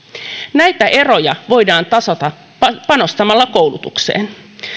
näitä eroja voidaan tasata panostamalla koulutukseen